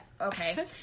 okay